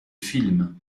films